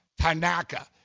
Tanaka